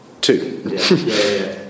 two